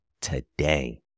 today